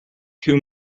too